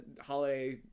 holiday